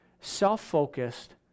self-focused